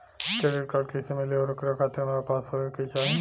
Credit card कैसे मिली और ओकरा खातिर हमरा पास का होए के चाहि?